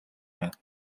байна